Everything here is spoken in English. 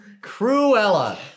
Cruella